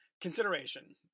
consideration